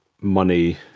money